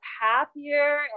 happier